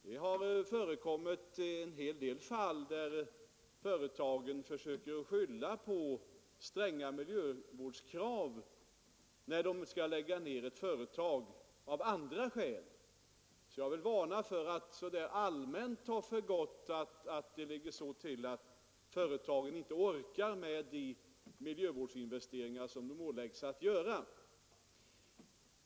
Det har förekommit en del fall där företagen försöker skylla på stränga miljövårdskrav när man skall lägga ned ett företag av andra skäl. Jag vill därför varna för att så där allmänt ta för gott att företagen inte orkar med de miljövårdsinvesteringar som de åläggs att göra.